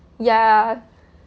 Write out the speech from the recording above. ya